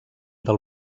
del